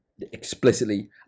Explicitly